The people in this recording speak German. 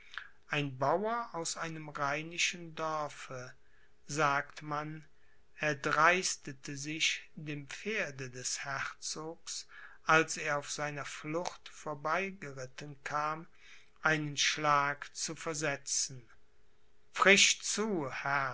ein bauer aus einem rheinischen dorfe sagt man erdreistete sich dem pferde des herzogs als er auf seiner flucht vorbeigeritten kam einen schlag zu versetzen frisch zu